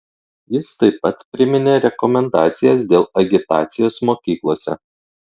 jis taip pat priminė rekomendacijas dėl agitacijos mokyklose